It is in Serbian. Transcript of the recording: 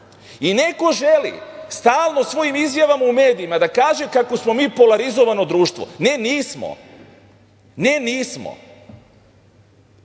Neko želi stalno svojim izjavama u medijima da kaže kako smo mi polarizovano društvo. Ne, nismo. Neki